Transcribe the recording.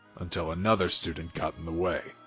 until another student got in the way.